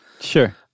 Sure